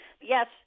Yes